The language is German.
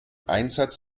einsatz